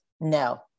No